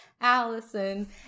Allison